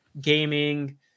gaming